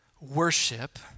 worship